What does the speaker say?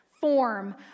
form